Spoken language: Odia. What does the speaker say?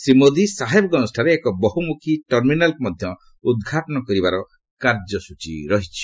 ପ୍ରଧାନମନ୍ତ୍ରୀ ସାହେବଗଞ୍ଜଠାରେ ଏକ ବହୁମୁଖୀ ଟର୍ମିନାଲ୍କୁ ମଧ୍ୟ ଉଦ୍ଘାଟନ କରିବାର କାର୍ଯ୍ୟସ୍ଚୀ ରହିଛି